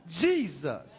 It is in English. Jesus